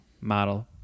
model